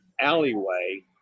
alleyway